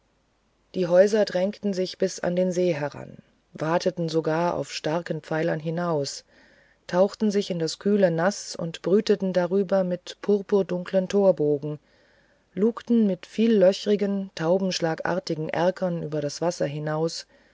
die häuser drängten sich bis an den see heran wateten sogar auf starken pfeilern hinaus tauchten sich in das kühle naß und brüteten darüber mit purpurdunklen torbogen lugten mit viellöcherigen taubenschlagartigen erkern über das wasser hinaus